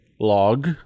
log